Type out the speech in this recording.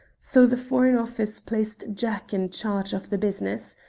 so the foreign office placed jack in charge of the business.